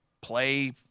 play